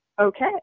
okay